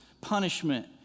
punishment